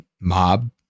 Mob